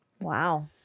Wow